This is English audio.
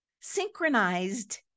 synchronized